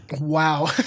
Wow